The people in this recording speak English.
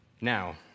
Now